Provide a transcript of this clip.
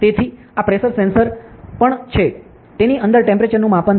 તેથી આ pressure sensor પણ છે તેની અંદર ટેમ્પરેચરનું માપન થાય છે